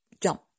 jump